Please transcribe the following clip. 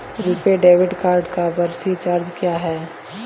RuPay debit card का वार्षिक charge क्या है?